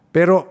Pero